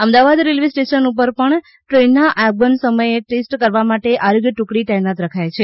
Ahmedabad railway station ઉપર પણ ટ્રેનના આગમન સમયે ટેસ્ટ કરવા માટે આરોગ્ય ટુકડી તૈનાત રખાય છે